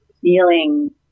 feeling